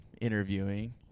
interviewing